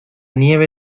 nieve